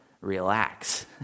relax